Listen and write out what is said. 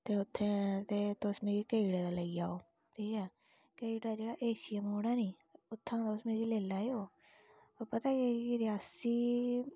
उत्थै तुस मिगी कटरे दा लेई जाओ ठीक ऐ ते उत्थै जेहड़ा ऐशिया मोड़ है नी उत्थुआं दा तुस मिगी लेई लैओ पता के कि रियासी